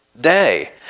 day